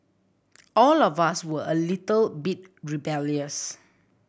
all of us were a little bit rebellious